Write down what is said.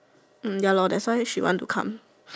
mm ya lor that's why she want to come